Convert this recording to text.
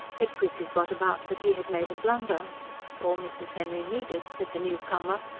it quickly got about that he had made a blunder all mrs. henry needed, said the new-comer,